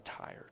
tired